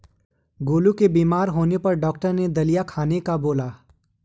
गोलू के बीमार होने पर डॉक्टर ने दलिया खाने का बोला